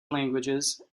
languages